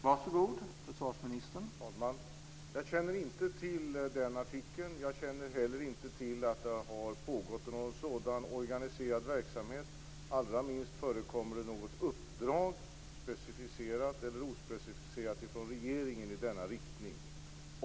Herr talman! Jag känner inte till denna artikel. Jag känner inte heller till att det har pågått någon sådan organiserad verksamhet. Allra minst förekommer det något uppdrag - specificerat eller ospecificerat - från regeringen i denna riktning.